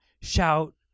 shout